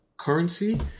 currency